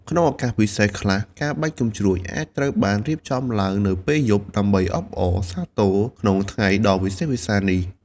ក្នុងឱកាសពិសេសខ្លះ ការបាញ់កាំជ្រួចអាចត្រូវបានរៀបចំឡើងនៅពេលយប់ ដើម្បីអបអរសាទរក្នុងថ្ងៃដ៏វិសេសវិសាលនេះ។